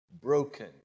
broken